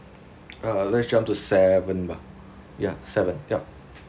uh let's jump to seven bah ya seven yup